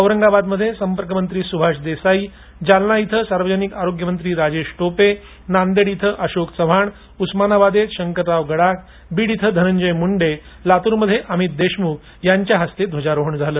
औरंगाबादमध्ये संपर्कमंत्री सुभाष देसाई जालना इथं सार्वजनिक आरोग्य मंत्री राजेश टोपे नांदेड इथ अशोक चव्हाण उस्मानाबादेत शंकरराव गडाख बीड इथे धनंजय मूंडे लात्रमध्ये अमित देशमुख यांच्या हस्ते ध्वजारोहण झालं